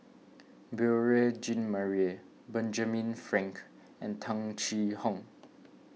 Beurel Jean Marie Benjamin Frank and Tung Chye Hong